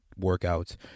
workouts